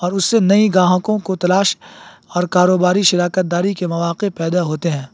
اور اس سے نئی گاہکوں کو تلاش اور کاروباری شراکت داری کے مواقع پیدا ہوتے ہیں